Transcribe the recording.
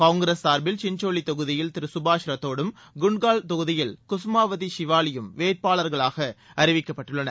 காங்கிரஸ் சார்பில் சின்சோலி தொகுதியில் திரு கபாஷ் ரத்தோடும் குன்ட்கல் தொகுதியில் குசுமாவதி ஷிவாலியும் வேட்பாளர்களாக அறிவிக்கப்பட்டுள்ளனர்